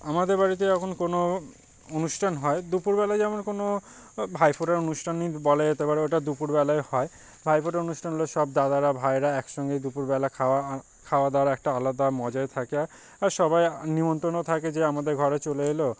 আমাদের বাড়িতে যখন কোনো অনুষ্ঠান হয় দুপুরবেলা যেমন কোনো ভাইফোঁটার অনুষ্ঠানই বলা যেতে পারে ওটা দুপুরবেলায় হয় ভাইফোঁটার অনুষ্ঠান হলে সব দাদারা ভাইয়েরা একসঙ্গেই দুপুরবেলা খাওয়া খাওয়া দাওয়ার একটা আলাদা মজায় থাকে আর আর সবাই নেমন্তন্ন থাকে যে আমাদের ঘরে চলে এল